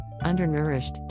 undernourished